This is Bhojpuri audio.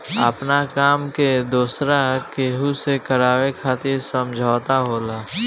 आपना काम के दोसरा केहू से करावे खातिर समझौता होला